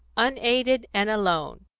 unaided and alone.